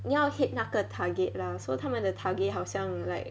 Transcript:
你要 hit 那个 target lah so 他们的 target 好像 like